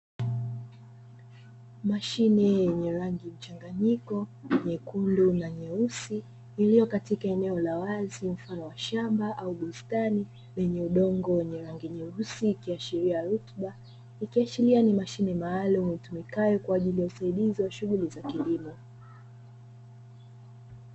Mashine yenye rangi mchanganyiko, nyekundu na nyeusi, iliyo katika eneo la wazi mfano wa shamba au bustani, yenye udongo wenye rangi nyeusi ikishiria rutuba. Ikishiria ni mashine maalumu itumikayo kwa ajili ya usaidizi wa shughuli za kilimo.